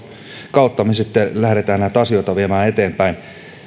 kautta me sitten lähdemme näitä asioita viemään eteenpäin on